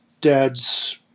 Dad's